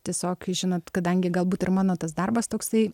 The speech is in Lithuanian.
tiesiog žinot kadangi galbūt ir mano tas darbas toksai